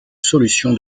solution